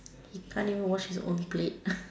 he can't even wash his own plate